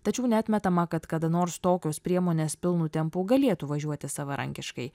tačiau neatmetama kad kada nors tokios priemonės pilnu tempu galėtų važiuoti savarankiškai